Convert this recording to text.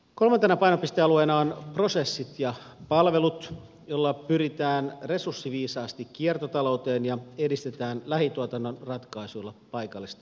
kolmantena painopistealueena on prosessit ja palvelut jolla pyritään resurssiviisaasti kiertotalouteen ja edistetään lähituotannon ratkaisuilla paikallista hyvinvointia